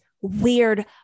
weird